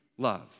Love